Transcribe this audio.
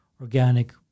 organic